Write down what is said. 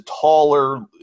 taller